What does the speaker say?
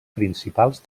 principals